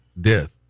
death